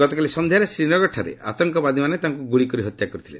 ଗତକାଲି ସନ୍ଧ୍ୟାରେ ଶ୍ରୀନଗରଠାରେ ଆତଙ୍କବାଦୀମାନେ ତାଙ୍କୁ ଗୁଳିକରି ହତ୍ୟା କରିଛନ୍ତି